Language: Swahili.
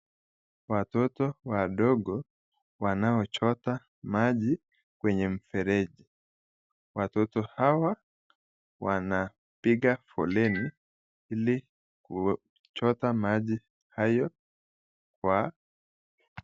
Watoto wadogo wanaochota maji kwenye mfereji, watoto hawa wanapiga foleni ili kuchota maji hayo.